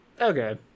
Okay